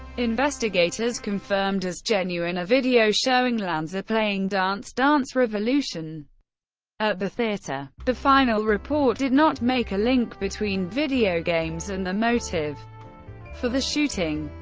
investigators confirmed as genuine a video showing lanza playing dance dance revolution at the theater. the final report did not make a link between video games and the motive for the shooting.